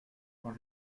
quand